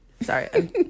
Sorry